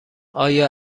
آیا